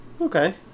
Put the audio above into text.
Okay